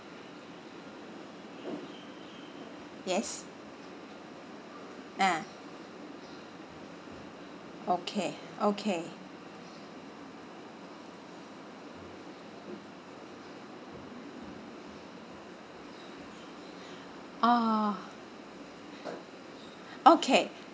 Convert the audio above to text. yes ah okay okay orh okay